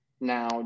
now